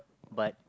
but